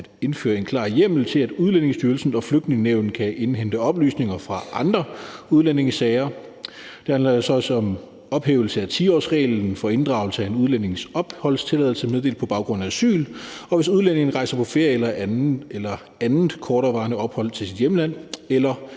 at indføre en klar hjemmel til, at Udlændingestyrelsen og Flygtningenævnet kan indhente oplysninger fra andre udlændingesager. Det handler så også om ophævelse af 10-årsreglen for inddragelse af en udlændings opholdstilladelse meddelt på baggrund af asyl, hvis udlændingen rejser på ferie eller andet korterevarende ophold i sit hjemland